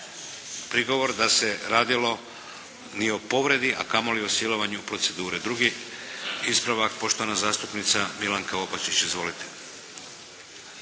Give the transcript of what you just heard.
prigovor da se radilo ni o povredi a kamoli o silovanju procedure. Drugi ispravak poštovana zastupnica Milanka Opačić. Izvolite.